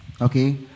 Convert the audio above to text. Okay